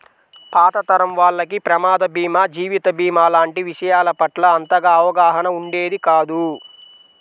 పాత తరం వాళ్లకి ప్రమాద భీమా, జీవిత భీమా లాంటి విషయాల పట్ల అంతగా అవగాహన ఉండేది కాదు